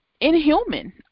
inhuman